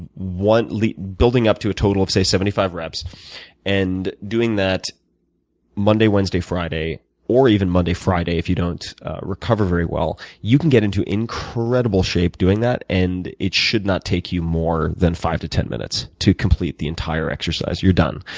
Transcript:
and building up to a total of say seventy five reps and doing that monday, wednesday, friday or even monday, friday if you don't recover very well, you can get into incredible shape doing that. and it should not take you more than five to ten minutes to complete the entire exercise. you're done.